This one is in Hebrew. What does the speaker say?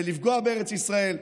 זה לפגוע בארץ ישראל,